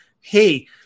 hey